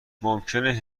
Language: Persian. ممکنه